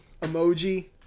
emoji